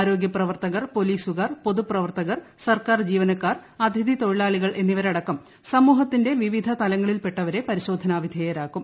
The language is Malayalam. ആരോഗ്യ പ്രവർത്തകർ പൊലീസുകാർട്ടു പൊതു പ്രവർത്തകർ സർക്കാർ ജീവനക്കാർ അതിഥി ത്രിഴിലാളികൾ എന്നിവരടക്കം സമൂഹത്തിന്റെ വിവിധ തലങ്ങളിൽപെട്ടവരെ പരിശോധനാ വിധേയരാക്കും